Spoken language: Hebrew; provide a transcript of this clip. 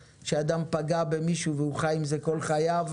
שאדם פגע במישהו והוא חי עם זה כל חייו,